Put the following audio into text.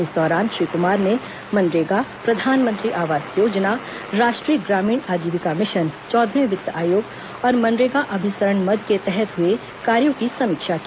इस दौरान श्री कुमार ने मनरेगा प्रधानमंत्री आवास योजना राष्ट्रीय ग्रामीण आजीविका मिशन चौदहवें वित्त आयोग और मनरेगा अभिसरण मद के तहत हुए कार्यों की समीक्षा की